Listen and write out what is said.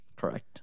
correct